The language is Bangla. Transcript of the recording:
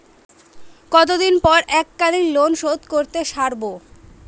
কতদিন পর এককালিন লোনশোধ করতে সারব?